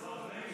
ההצעה היא להסיר